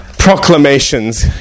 proclamations